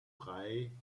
drei